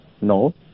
no